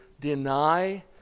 deny